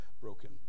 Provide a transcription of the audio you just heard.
broken